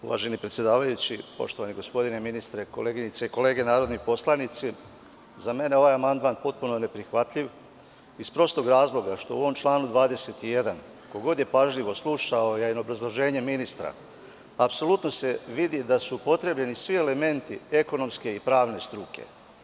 Uvaženi predsedavajući, poštovani gospodine ministre, koleginice i kolege narodni poslanici, za mene je ovaj amandman potpuno neprihvatljiv iz prostog razloga što u ovom članu 21. ko god je pažljivo slušao obrazloženje ministra apsolutno se vidi da su upotrebljeni svi elementi ekonomske i pravne struke.